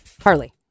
Harley